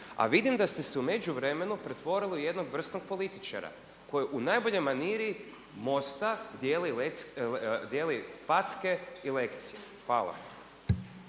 A vidim da ste se u međuvremenu pretvorili u jednog vrsnog političara koji u najboljoj maniri MOST-a dijeli packe i lekcije. Hvala.